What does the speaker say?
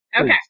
Okay